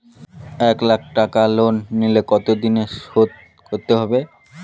এক লাখ টাকা লোন নিলে কতদিনে শোধ করতে হবে?